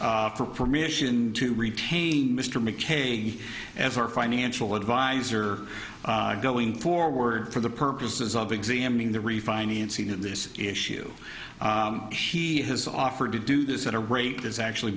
for permission to retain mr mckay as our financial advisor going forward for the purposes of examining the refinancing of this issue he has offered to do this at a rate is actually